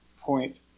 point